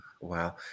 Wow